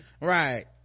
Right